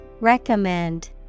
Recommend